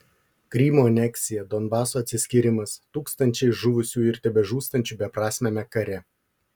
krymo aneksija donbaso atsiskyrimas tūkstančiai žuvusiųjų ir tebežūstančių beprasmiame kare